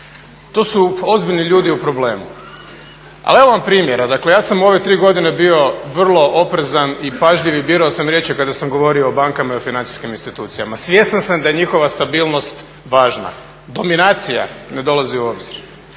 To su ozbiljni ljudi u problemu. Ali evo vam primjera, dakle ja sam ove tri godine bio vrlo oprezan i pažljiv i birao sam riječi kada sam govorio o bankama i o financijskim institucijama. Svjestan sam da je njihova stabilnost važna, dominacija ne dolazi u obzir.